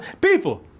people